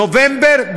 נובמבר,